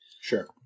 sure